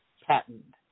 patented